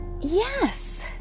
yes